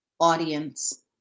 audience